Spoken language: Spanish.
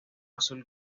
azul